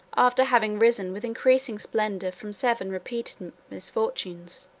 after having risen with increasing splendor from seven repeated misfortunes,